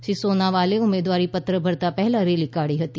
શ્રી સોનોવાલે ઉમેદવારી પત્ર ભરતા પહેલાં રેલી કાઢી હતી